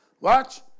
Watch